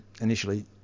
initially